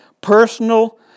personal